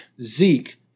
Zeke